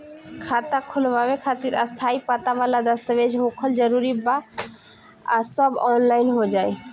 खाता खोलवावे खातिर स्थायी पता वाला दस्तावेज़ होखल जरूरी बा आ सब ऑनलाइन हो जाई?